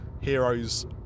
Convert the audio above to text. heroes